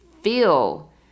feel